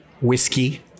whiskey